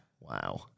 Wow